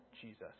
Jesus